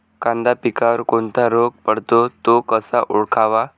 कांदा पिकावर कोणता रोग पडतो? तो कसा ओळखावा?